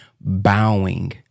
bowing